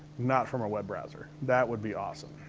not from a web browser. that would be awesome.